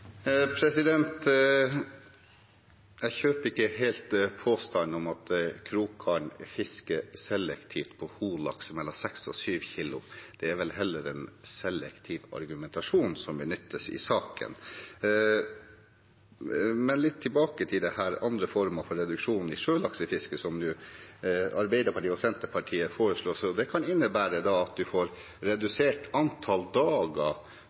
Jeg kjøper ikke helt påstanden om at krokgarn fisker selektivt på hunnlaks mellom seks og syv kilo. Det er vel heller en selektiv argumentasjon som benyttes i saken. Men litt tilbake til dette med andre former for reduksjon i sjølaksefisket, som Arbeiderpartiet og Senterpartiet nå foreslår. Det kan innebære at man får redusert antall dager